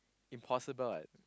impossible one